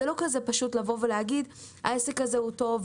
זה לא כזה פשוט ולהגיד שהעסק הזה הוא טוב,